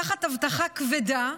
תחת אבטחה כבדה,